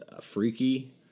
Freaky